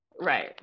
Right